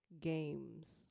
Games